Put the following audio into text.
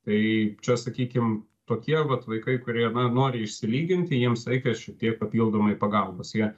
tai čia sakykim tokie vat vaikai kurie na nori išsilyginti jiems reikia šiek tiek papildomai pagalbos jie